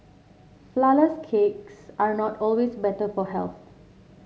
flourless cakes are not always better for health